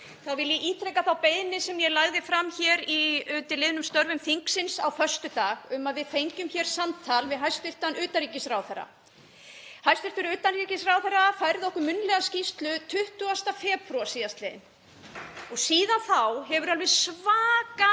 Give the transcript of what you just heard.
vil ég ítreka þá beiðni sem ég lagði fram hér undir liðnum störfum þingsins á föstudag um að við fengjum samtal við hæstv. utanríkisráðherra. Hæstv. utanríkisráðherra færði okkur munnlega skýrslu 20. febrúar sl. og síðan þá hefur alveg svakalega